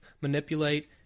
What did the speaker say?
manipulate